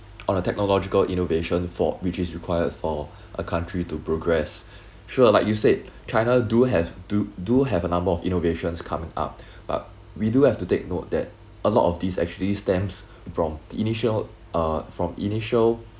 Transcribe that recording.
on a technological innovation for which is required for a country to progress sure like you said china do have do do have a number of innovations come up but we do have to take note that a lot of these actually stems from initial uh from initial